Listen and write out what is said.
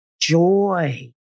joy